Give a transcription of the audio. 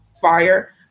fire